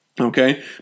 Okay